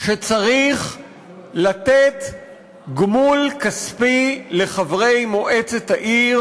שצריך לתת גמול כספי לחברי מועצת העיר.